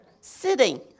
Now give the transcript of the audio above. sitting